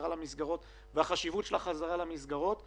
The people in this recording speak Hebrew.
בחשיבות של החזרה למסגרות.